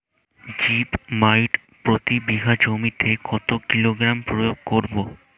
Zip মাইট প্রতি বিঘা জমিতে কত কিলোগ্রাম প্রয়োগ করব?